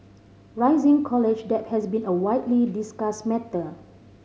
rising college debt has been a widely discussed matter